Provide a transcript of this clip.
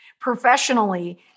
Professionally